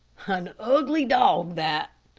an ugly dog, that,